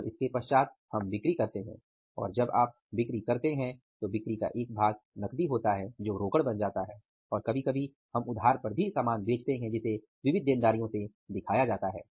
और इसके पश्चात हम बिक्री करते हैं और जब आप बिक्री करते हैं तो बिक्री का एक भाग नकदी होता है जो रोकड़ बन जाता है और कभी कभी हम उधार पर बेचते हैं जिसे विविध देनदारियां से दिखाते हैं